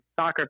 soccer